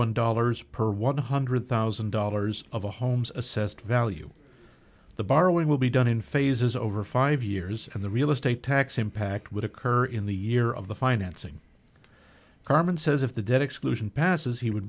one dollars per one hundred thousand dollars of a home's assessed value the borrowing will be done in phases over five years and the real estate tax impact would occur in the year of the financing carmen says if the debt exclusion passes he would